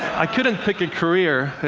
i couldn't pick a career.